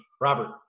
Robert